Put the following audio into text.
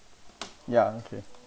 ya okay